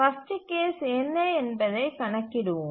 worst case என்ன என்பதைக் கணக்கிடுவோம்